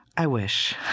i wish.